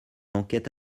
enquête